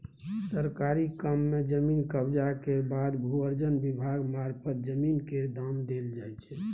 सरकारी काम मे जमीन कब्जा केर बाद भू अर्जन विभाग मारफत जमीन केर दाम देल जाइ छै